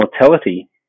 mortality